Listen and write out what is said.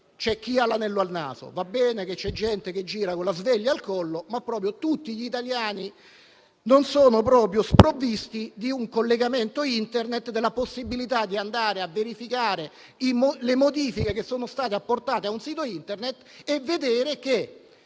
c'è chi ha l'anello al naso, va bene che c'è gente che gira con la sveglia al collo, ma non proprio tutti gli italiani sono sprovvisti di un collegamento Internet e della possibilità di andare a verificare le modifiche che sono state apportate a un sito Internet e vedere che,